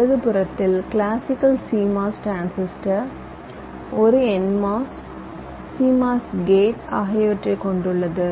இடதுபுறத்தில் classical CMOS transistor ஒரு NMOS CMOS gate ஆகியவற்றைக் கொண்டுள்ளது